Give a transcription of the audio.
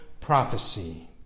prophecy